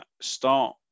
start